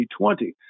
2020